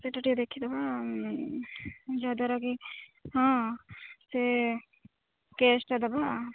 ସେଇଟା ଟିକେ ଦେଖିଦେବା ଯାହାଦ୍ୱାରା କି ହଁ ସେ କେସ୍ଟା ଦେବା